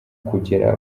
kugera